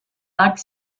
lac